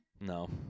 No